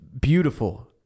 beautiful